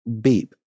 beep